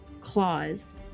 claws